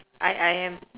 I I am